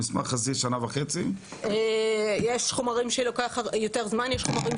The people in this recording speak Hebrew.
למשל מה שנחשף בסרט שהזכרתי היו רגישויות פוליטיות של שרים